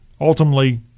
ultimately